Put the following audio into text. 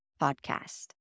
podcast